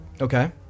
Okay